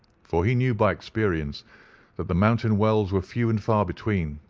for he knew by experience that the mountain wells were few and far between.